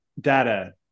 data